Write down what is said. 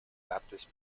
baptist